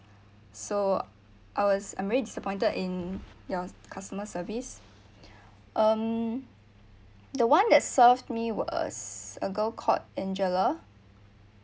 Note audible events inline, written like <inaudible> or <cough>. so I was I'm really disappointed in your customer service <breath> um the one that serve me was a girl called angela